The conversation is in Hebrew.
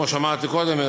כמו שאמרתי קודם,